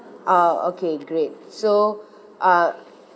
oh okay great so uh